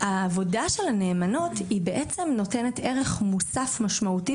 העבודה של הנאמנות מה שהיא עושה היא בעצם נותנת ערך מוסף משמעותי